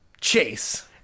Chase